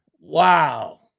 Wow